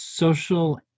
social